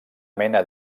mena